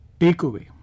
takeaway